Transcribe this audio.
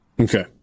Okay